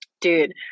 Dude